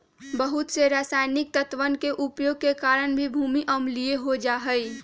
बहुत से रसायनिक तत्वन के उपयोग के कारण भी भूमि अम्लीय हो जाहई